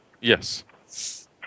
Yes